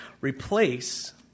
replace